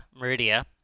Meridia